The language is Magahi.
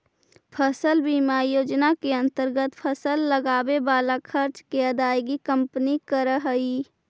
फसल बीमा योजना के अंतर्गत फसल लगावे वाला खर्च के अदायगी कंपनी करऽ हई